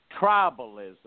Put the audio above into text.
Tribalism